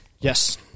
Yes